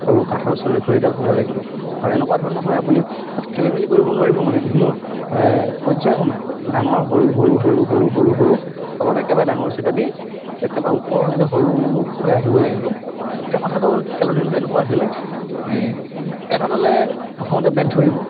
সৰু কাঠৰ চলি খৰিডাল হ'ব লাগিব আৰু এনেকুৱা ধৰণৰ হয় আপুনি তাত খেলিমেলি কৰিব নোৱাৰিব মানে যিখিনি পৰ্যায় ক্ৰমে ডাঙৰ সৰু সৰু সৰু সৰু সৰু সৰু তলত একেবাৰে ডাঙৰ চিতা দি একেবাৰে ওপৰৰলৈকে সৰু হৈ আহিব লাগিব এতিয়া কথাটো হ'ল কি খেলৰ নিয়মটো এনেকুৱা আছিলে এটা দলে প্ৰথমতে বেট ধৰিব